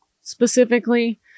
specifically